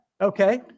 Okay